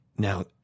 Now